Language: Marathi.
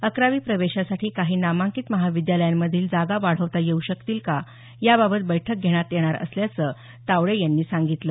अकरावी प्रवेशासाठी काही नामांकित महाविद्यालयांमधील जागा वाढवता येऊ शकतील का याबाबत बैठक घेण्यात येणार असल्याचं तावडे यांनी सांगितलं